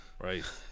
Right